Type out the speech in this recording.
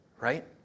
right